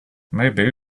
maybe